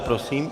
Prosím.